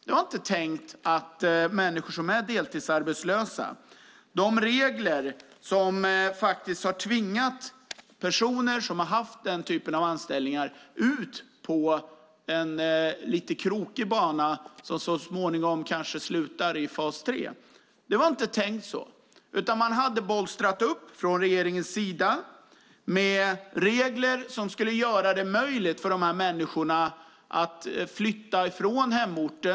Det var inte tänkt att ha regler som tvingar människor som är deltidsarbetslösa, som haft den typen av anställning, ut på en lite krokig bana som så småningom kanske slutar i fas 3. Det var inte tänkt så, utan från regeringens sida hade man liksom bolstrat upp med regler som skulle göra det möjligt för de här människorna att flytta från hemorten.